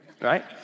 right